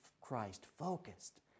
Christ-focused